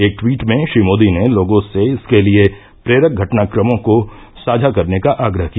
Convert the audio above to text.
एक ट्वीट में श्री मोदी ने लोगों से इसके लिए प्रेरक घटनाक्रमों को साझा करने का आग्रह किया